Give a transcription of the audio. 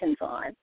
on